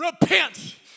repent